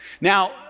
Now